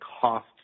cost